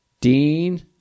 Dean